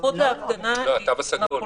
התו הסגול.